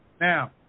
Now